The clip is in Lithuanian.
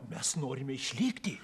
mes norime išlikti